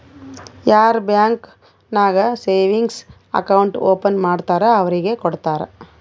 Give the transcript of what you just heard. ಯಾರ್ ಬ್ಯಾಂಕ್ ನಾಗ್ savings account open ಮಾಡ್ತಾರ್ ಅವ್ರಿಗ ಕೊಡ್ತಾರ್